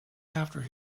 after